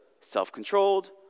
self-controlled